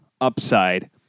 upside